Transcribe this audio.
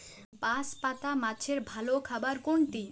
বাঁশপাতা মাছের ভালো খাবার কোনটি?